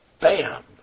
bam